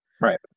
Right